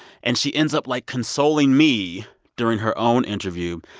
and she ends up, like, consoling me during her own interview.